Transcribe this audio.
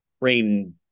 rain